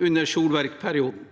under Solberg-perioden.